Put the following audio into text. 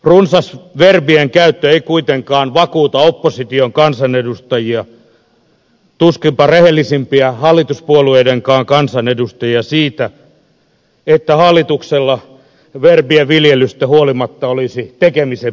runsas verbien käyttö ei kuitenkaan vakuuta opposition kansanedustajia tuskinpa rehellisimpiä hallituspuolueidenkaan kansanedustajia siitä että hallituksella verbien viljelystä huolimatta olisi tekemisen meininki